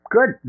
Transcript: Good